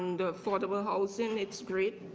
and affordable housing. it's great,